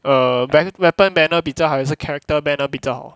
err ban~ weapon banner 比较好还是 character banner 比较好